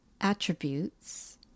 attributes